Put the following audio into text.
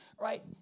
Right